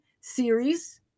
series